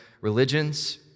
religions